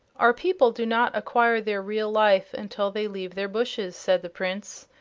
our people do not acquire their real life until they leave their bushes, said the prince.